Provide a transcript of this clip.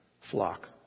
flock